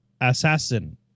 Assassin